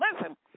listen